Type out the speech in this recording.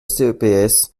ceps